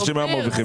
סעיף דרקוני.